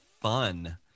fun